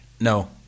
No